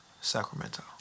Sacramento